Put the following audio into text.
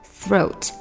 throat